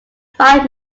five